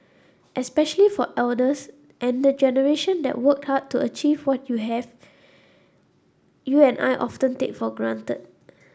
especially for elders and the generation that worked hard to achieve what you have you and I often take for granted